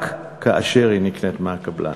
רק כאשר היא נקנית מהקבלן.